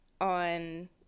on